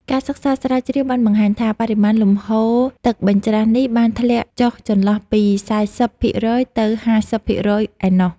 ការសិក្សាស្រាវជ្រាវបានបង្ហាញថាបរិមាណលំហូរទឹកបញ្ច្រាសនេះបានធ្លាក់ចុះចន្លោះពីសែសិបភាគរយទៅហាសិបភាគរយឯណោះ។